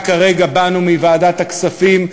רק הרגע באנו מוועדת הכספים,